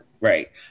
right